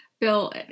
Bill